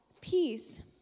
peace